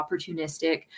opportunistic